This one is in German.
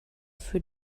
für